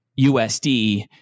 USD